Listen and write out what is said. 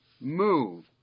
move